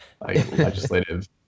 legislative